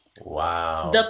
Wow